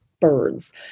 birds